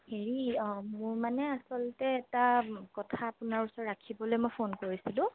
হেৰি মোৰ মানে আচলতে এটা কথা আপোনাৰ ওচৰত ৰাখিবলৈ মই ফোন কৰিছিলোঁ